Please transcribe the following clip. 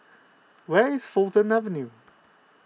where is Fulton Avenue